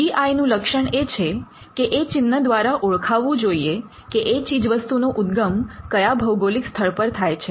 જી I નું લક્ષણ એ છે કે એ ચિન્હ દ્વારા ઓળખાવું જોઈએ કે એ ચીજવસ્તુનો ઉદ્દગમ કયા ભૌગોલિક સ્થળ પર થાય છે